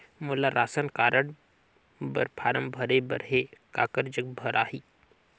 मोला ration card बर form भरे बर हे काकर जग भराही?